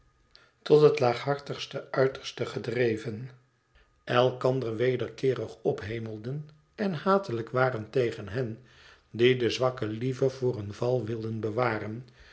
tot het laaghartigst uiterste dreven elkander wederkeerig ophemelden en hatelijk waren tegen hen die de zwakken liever voor een val wilden bewaren